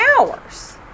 hours